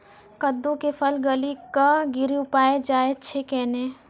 कददु के फल गली कऽ गिरी जाय छै कैने?